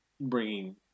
bringing